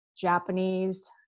japanese